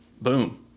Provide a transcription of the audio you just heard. boom